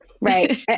right